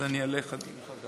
אז אני אעלה מחדש.